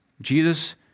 Jesus